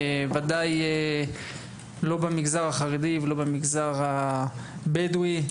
ודאי לא במגזר החרדי ולא במגזר הבדואי.